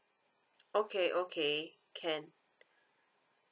okay okay can